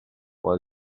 one